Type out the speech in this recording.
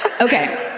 Okay